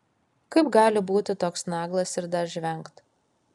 kaip gali būti toks naglas ir dar žvengt